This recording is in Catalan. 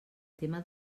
tema